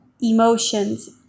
emotions